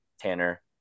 Tanner